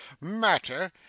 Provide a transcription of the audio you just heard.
matter